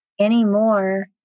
Anymore